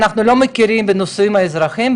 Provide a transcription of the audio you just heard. אנחנו לא מכירים בנישואים האזרחיים,